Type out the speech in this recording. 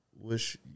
wish